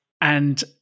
And-